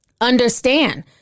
understand